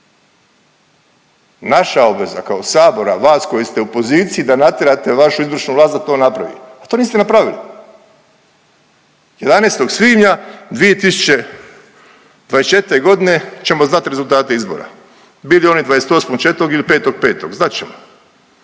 naša obveza kao sabora, vas koji ste u poziciji da natjerate vašu izvršnu vlast da to napravi, a to niste napravili. 11. svibnja 2024.g. ćemo znat rezultate izbora, bili oni 28.4. ili 5.5., znat ćemo,